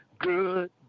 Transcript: good